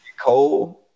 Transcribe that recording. cold